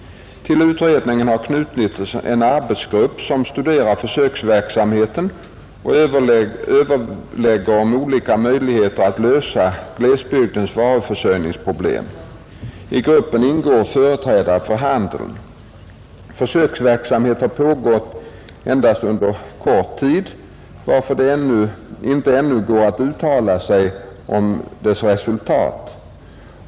Till utredningen har knutits en arbetsgrupp som studerar försöksverksamheten och överlägger om olika möjligheter att lösa glesbygdernas varuförsörjningsproblem. I gruppen ingår företrädare för handeln. Försöksverksamheten har pågått endast under kort tid, varför det inte ännu går att uttala sig om dess resultat.